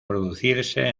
producirse